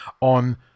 on